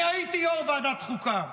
אני הייתי יו"ר ועדת החוקה.